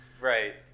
Right